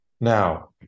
Now